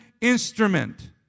instrument